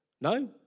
No